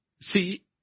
see